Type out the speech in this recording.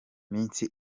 minsi